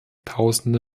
tausende